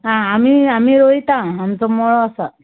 आं आमी आमी रोयता आमचो मळो आसा